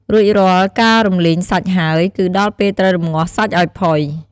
រួចរាល់ការរំលីងសាច់ហើយ គឺដល់ពេលត្រូវ រម្ងាស់សាច់ឱ្យផុយ។